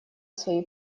свои